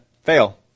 fail